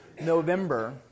November